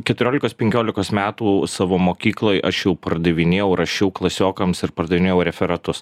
keturiolikos penkiolikos metų savo mokykloj aš jau pardavinėjau rašiau klasiokams ir pardavinėjau referatus